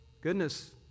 goodness